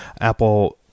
Apple